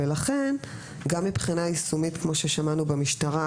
לכן גם מבחינה יישומית כמו ששמענו במשטרה,